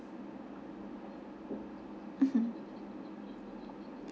mmhmm